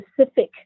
specific